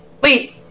Wait